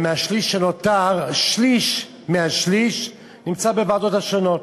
השליש שנותר, שליש מהשליש נמצא בוועדות השונות,